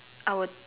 I would